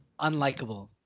unlikable